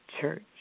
church